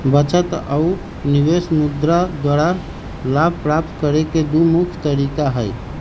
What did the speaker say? बचत आऽ निवेश मुद्रा द्वारा लाभ प्राप्त करेके दू मुख्य तरीका हई